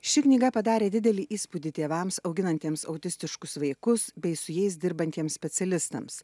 ši knyga padarė didelį įspūdį tėvams auginantiems autistiškus vaikus bei su jais dirbantiems specialistams